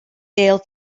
dale